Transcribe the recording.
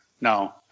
no